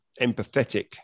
empathetic